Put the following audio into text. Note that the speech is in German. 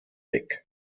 weg